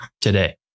today